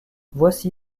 voici